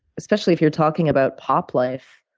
especially if you're talking about pop life,